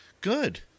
Good